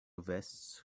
vests